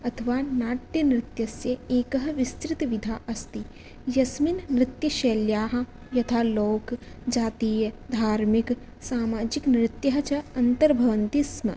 अथवा नाट्यनृत्यस्य एकः विस्तृतविधा अस्ति यस्मिन् नृत्यशैल्याः यथा लोकजातीयधार्मिकसामाजिकनृत्यः च अन्तर्भवन्ति स्म